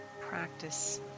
Practice